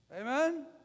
Amen